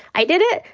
i did it.